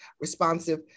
responsive